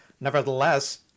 nevertheless